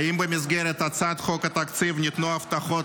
האם במסגרת הצעת חוק התקציב ניתנו הבטחות